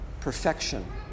perfection